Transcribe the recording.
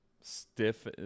stiff